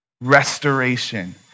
restoration